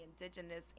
indigenous